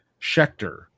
Schechter